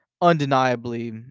undeniably